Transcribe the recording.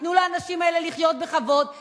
תיתנו לאנשים האלה לחיות בכבוד.